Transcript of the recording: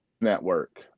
Network